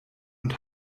und